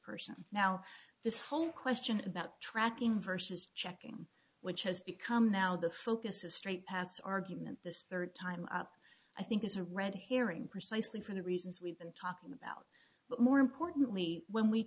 person now this whole question about tracking versus checking which has become now the focus of straight paths argument this third time up i think is a red herring precisely for the reasons we've been talking about but more importantly when we